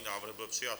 Návrh byl přijat.